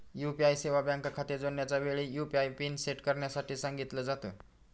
UPI सेवा bank खाते जोडण्याच्या वेळी, यु.पी.आय पिन सेट करण्यासाठी सांगितल जात